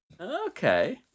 Okay